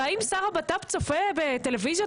והאם שר הבט"פ צופה בטלוויזיות